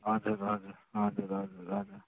हजुर हजुर हजुर हजुर हजुर